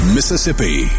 Mississippi